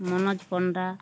Manoj panda